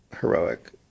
heroic